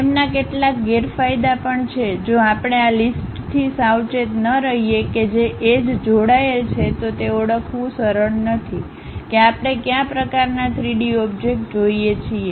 તેમના કેટલાક ગેરફાયદા પણ છે જો આપણે આ લીસ્ટથી સાવચેત ન રહીએ કે જે એજ જોડાયેલ છે તો તે ઓળખવું સરળ નથી કે આપણે કયા પ્રકારનાં 3 ડી ઓબ્જેક્ટ જોઈએ છીએ